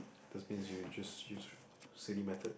that means you just you silly method